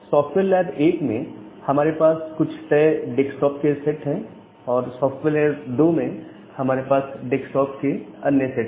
software lab 1 में हमारे पास कुछ तय डेक्सटॉप के सेट है और सॉफ्टवेयर लैब 2 में हमारे पास डेक्सटॉप के एक अन्य सेट है